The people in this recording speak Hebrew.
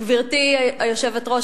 גברתי היושבת-ראש,